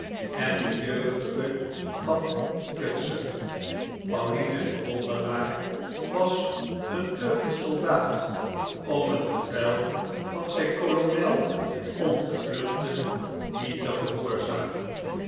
en de jeugdige van cutsum pauline's bewonderaar was een te goed soldaat om het bevel van zijn kolonel om te vluchten niet te gehoorzamen